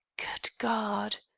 good god!